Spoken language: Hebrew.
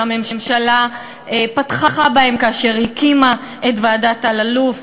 שהממשלה פתחה בהן כאשר היא הקימה את ועדת אלאלוף.